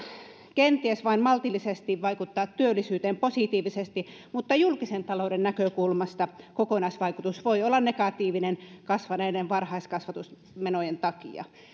kenties vain maltillisesti vaikuttaa työllisyyteen positiivisesti mutta julkisen talouden näkökulmasta kokonaisvaikutus voi olla negatiivinen kasvaneiden varhaiskasvatusmenojen takia